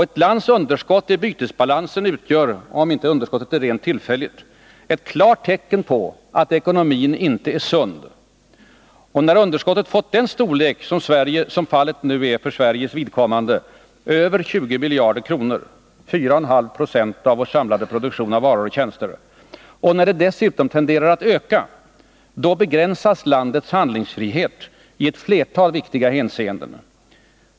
Ett lands underskott i bytesbalansen utgör, om inte underskottet är rent tillfälligt, ett klart tecken pi fått den storlek som fallet nu är för Sveriges vidkommande, över 20 miljarder att ekonomin inte är sund. Och när underskottet kronor —-4,5 26 av vår samlade produktion av varor och tjänster — och när det dessutom tenderar att öka, då begränsas landets handlingsfrihet i ett flertal viktiga avseenden.